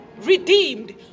redeemed